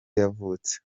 yavutse